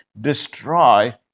destroy